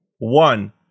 One